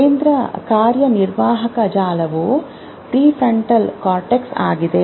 ಕೇಂದ್ರ ಕಾರ್ಯನಿರ್ವಾಹಕ ಜಾಲವು ಪ್ರಿಫ್ರಂಟಲ್ ಕಾರ್ಟೆಕ್ಸ್ ಆಗಿದೆ